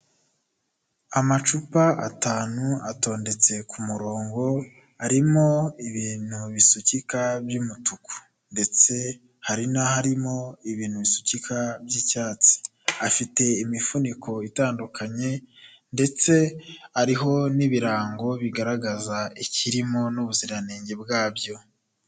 Amacupa atanu atondetse ku murongo arimo ibintu bisukika by'umutuku, ndetse hari n'aharimo ibintu bisukika by'icyatsi, afite imifuniko itandukanye ndetse ariho n'ibirango bigaragaza ikirimo n'ubuziranenge bwabyo.